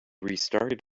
restarted